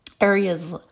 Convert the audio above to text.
areas